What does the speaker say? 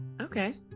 okay